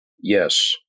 Yes